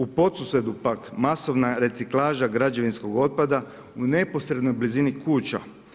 U Podsusedu pak masovna reciklaža građevinskog otpada u neposrednoj blizini kuća.